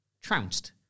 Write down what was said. trounced